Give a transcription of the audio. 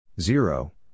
Zero